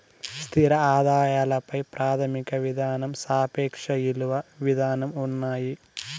స్థిర ఆదాయాల పై ప్రాథమిక విధానం సాపేక్ష ఇలువ విధానం ఉన్నాయి